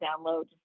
download